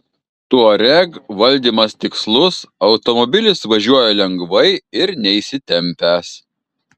touareg valdymas tikslus automobilis važiuoja lengvai ir neįsitempęs